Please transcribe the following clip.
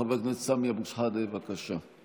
חבר הכנסת סמי אבו שחאדה, בבקשה.